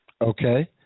Okay